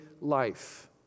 life